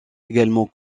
également